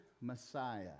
Messiah